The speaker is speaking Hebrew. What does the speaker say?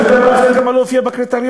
אתה יודע מה לא הופיע בקריטריון?